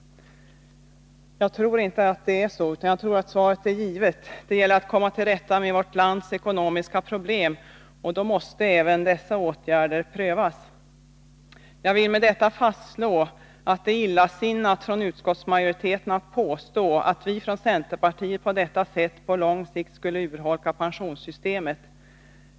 Jag antar att svaret är givet: Det gäller att komma till rätta med vårt lands ekonomiska problem, och då måste även dessa åtgärder prövas. Jag vill med detta fastslå att det är illasinnat av utskottsmajoriteten att påstå att vi från centerpartiet på detta sätt på lång sikt skulle urholka pensionssystemet.